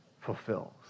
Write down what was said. fulfills